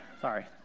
Sorry